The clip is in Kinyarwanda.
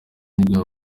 nibwo